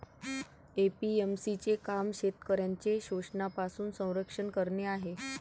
APMC चे काम शेतकऱ्यांचे शोषणापासून संरक्षण करणे आहे